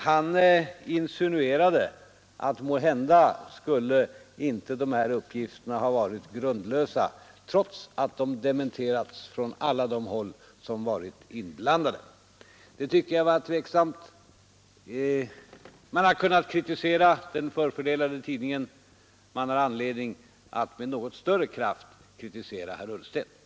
Han insinuerade att måhända skulle inte de här uppgifterna ha varit grundlösa, trots att de dementerats från alla håll som varit inblandade. Det tycker jag är tveksamt. Man har kunnat kritisera tidningen, men man har anledning att med något större kraft kritisera herr Ullsten.